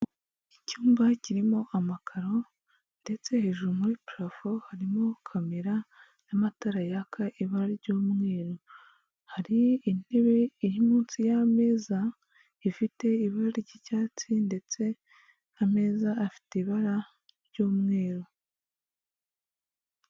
Icyumba kirimo amakaro ndetse hejuru muri parafo harimo kamera n'amatara yaka ibara ry'umweru, hari intebe iri munsi y'ameza, ifite ibara ry'icyatsi ndetse ameza afite ibara ry'umweru.